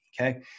Okay